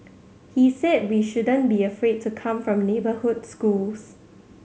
he said we shouldn't be afraid to come from neighbourhood schools